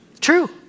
True